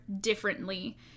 differently